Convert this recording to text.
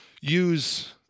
use